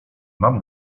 mam